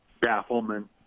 bafflement